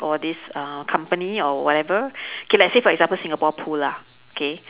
or this uh company or whatever K let's say for example singapore pool lah K